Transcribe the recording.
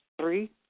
Three